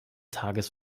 tages